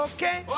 Okay